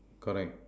correct